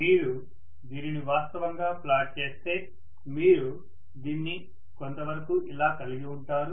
మీరు దీన్ని వాస్తవంగా ప్లాట్ చేస్తే మీరు దీన్ని కొంతవరకు ఇలా కలిగి ఉంటారు